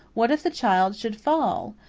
what if the child should fall?